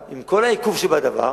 עם כל העיכוב שבדבר,